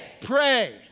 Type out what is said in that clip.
Pray